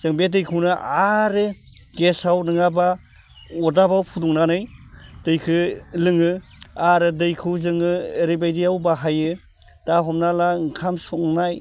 जों बे देखौनो आरो गेसआव नङाबा अरदाबाव फुदुंनानै दैखौ लोङो आरो दैखौ जोङो ओरैबायदियाव बाहायो दा हमना ला ओंखाम संनाय